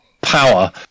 power